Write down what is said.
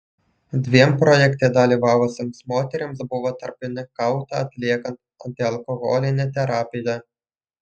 dviem projekte dalyvavusioms moterims buvo tarpininkauta atliekant antialkoholinę terapiją